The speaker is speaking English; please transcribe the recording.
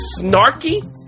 snarky